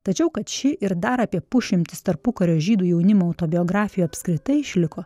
tačiau kad ši ir dar apie pusšimtis tarpukario žydų jaunimo autobiografijų apskritai išliko